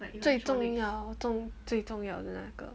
最重要中最重要的那个